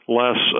less